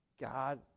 God